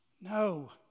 No